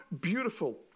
beautiful